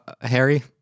Harry